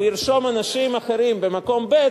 הוא ירשום אנשים אחרים במקום ב',